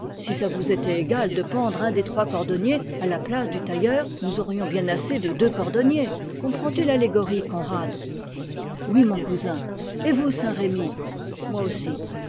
si ça vous était égal de pendre un des trois cordonniers à la place du tailleur nous aurions bien assez de deux cordonniers comprends-tu l'allégorie conrad oui mon cousin et vous saint-remy moi aussi